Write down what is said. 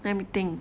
let me think